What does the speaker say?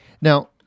Now